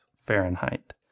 Fahrenheit